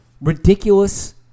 ridiculous